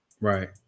right